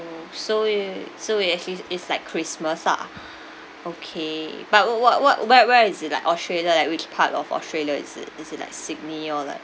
oh so i~ so it actually is like christmas lah okay but wh~ what what where where is it like australia like which part of australia is it is it like sydney or like